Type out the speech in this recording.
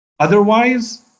Otherwise